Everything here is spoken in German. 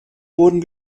wurden